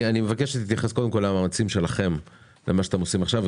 אני מבקש שתתייחס קודם כל למאמצים שלכם ומה שאתם עושים עכשיו,